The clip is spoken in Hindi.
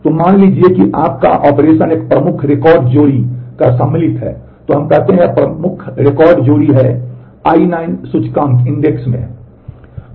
तो मान लीजिए कि आपका ऑपरेशन एक प्रमुख रिकॉर्ड जोड़ी का सम्मिलित है तो हम कहते हैं कि यह प्रमुख रिकॉर्ड जोड़ी है और I9 सूचकांक इंडेक्स में है